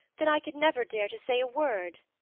that i could never dare to say a word.